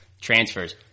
transfers